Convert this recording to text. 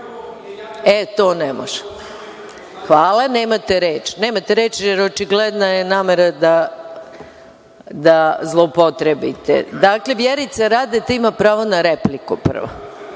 to ne može. Hvala nemate reč, jer očigledna je namera da zloupotrebite. Dakle, Vjerica Radeta ima pravo na repliku. Prvo